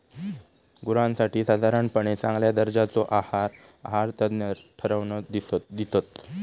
गुरांसाठी साधारणपणे चांगल्या दर्जाचो आहार आहारतज्ञ ठरवन दितत